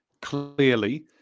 clearly